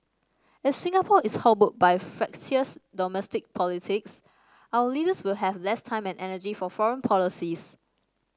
if Singapore is hobbled by fractious domestic politics our leaders will have less time and energy for foreign policies